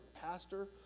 pastor